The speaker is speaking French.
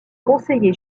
conseiller